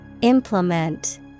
Implement